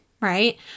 right